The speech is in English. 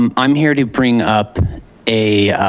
um i'm here to bring up a,